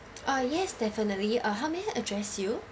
uh yes definitely uh how may I address you